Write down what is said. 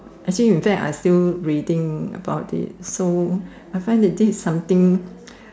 actually in fact I still reading about it so I find that is this something